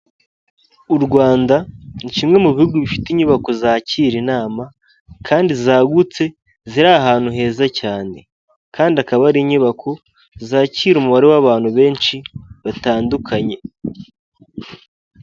U Rwanda ni kimwe mu bihugu bifite inyubako zakira inama kandi zagutse ziri ahantu heza cyane, kandi akaba ari inyubako zakira umubare w'abantu benshi batandukanye.